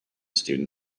student